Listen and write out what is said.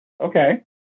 okay